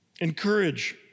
encourage